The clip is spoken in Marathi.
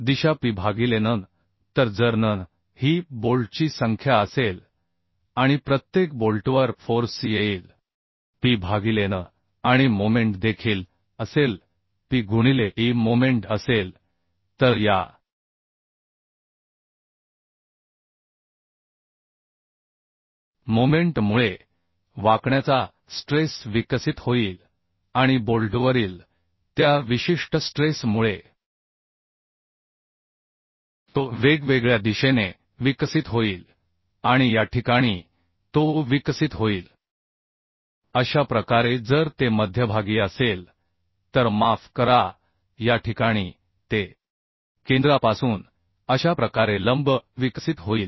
दिशा P भागिले n तर जर n ही बोल्टची संख्या असेल आणि प्रत्येक बोल्टवर फोर्स येईल P भागिले n आणि मोमेंट देखील असेल P गुणिले e मोमेंट असेल तर या मोमेंट मुळे वाकण्याचा स्ट्रेस विकसित होईल आणि बोल्टवरील त्या विशिष्ट स्ट्रेस मुळे तो वेगवेगळ्या दिशेने विकसित होईल आणि या ठिकाणी तो विकसित होईल अशा प्रकारे जर ते मध्यभागी असेल तर माफ करा या ठिकाणी ते केंद्रापासून अशा प्रकारे लंब विकसित होईल